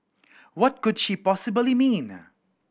what could she possibly mean